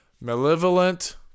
malevolent